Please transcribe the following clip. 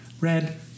Red